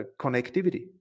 connectivity